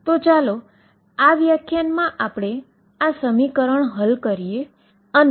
અને તેથી તે એક મૂળભૂત સમીકરણ છે